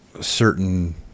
certain